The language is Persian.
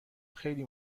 خیلی